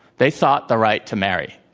they sought the right to marry.